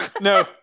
No